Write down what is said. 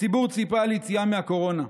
הציבור ציפה ליציאה מהקורונה,